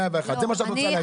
זה לאן שאת רוצה להגיע.